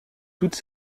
toute